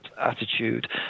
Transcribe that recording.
attitude